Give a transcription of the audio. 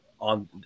On